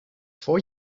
four